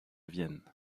vienne